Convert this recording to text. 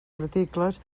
articles